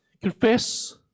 Confess